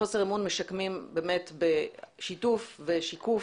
חוסר אמון משקמים בשיתוף, בשיקוף,